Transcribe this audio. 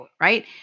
right